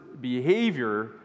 behavior